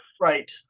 Right